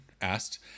asked